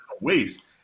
waste